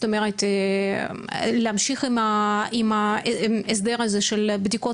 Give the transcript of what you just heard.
זאת אומרת להמשיך עם ההסדר הזה של בדיקות